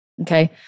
Okay